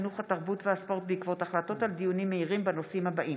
מתחילת השנה כתוצאה מתאונות דרכים.